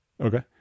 okay